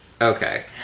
Okay